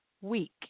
week